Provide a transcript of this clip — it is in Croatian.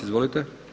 Izvolite.